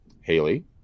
Haley